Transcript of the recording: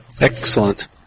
Excellent